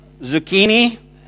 zucchini